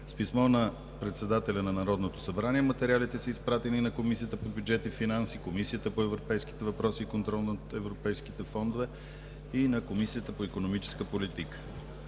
С писмо на председателя на Народното събрание материалите са изпратени на Комисията по бюджет и финанси, Комисията по европейските въпроси и контрол на европейските фондове и на Комисията по икономическа политика.